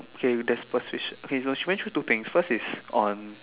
okay there's persuasion okay so she went through two things first is on